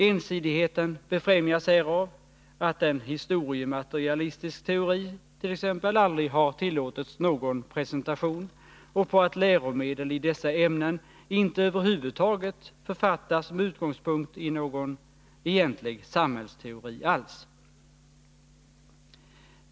Ensidigheten befrämjas här av att en historiematerialistisk teori t.ex. aldrig har tillåtits någon presentation och på att läromedel i dessa ämnen över huvud taget inte författas med utgångspunkt i någon egentlig samhällsteori.